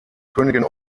königin